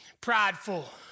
prideful